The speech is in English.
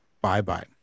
Bye-bye